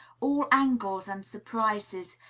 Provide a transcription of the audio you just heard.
all angles and surprises,